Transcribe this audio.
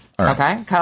Okay